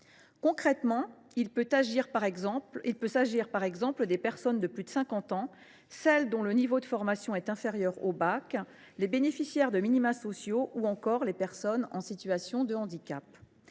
», c’est à dire des personnes de plus de 50 ans, celles dont le niveau de formation est inférieur au bac, les bénéficiaires de minima sociaux, ou encore les personnes en situation de handicap.